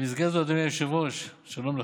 במסגרת זו, אדוני היושב-ראש, שלום לך,